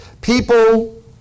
people